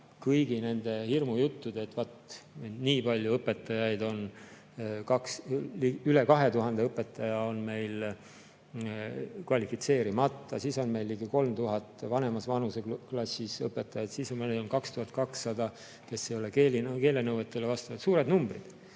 Kõik need hirmujutud, et vaat nii palju õpetajaid, üle 2000 õpetaja on meil kvalifitseerimata, siis on meil ligi 3000 vanemas vanuseklassis õpetajat, siis on 2200, kes ei ole keelenõuetele vastavad. Need on suured